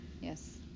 Yes